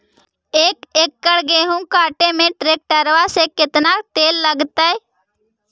एक एकड़ गेहूं काटे में टरेकटर से केतना तेल लगतइ?